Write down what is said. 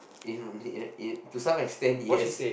in uh need in to some extent yes